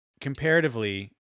Comparatively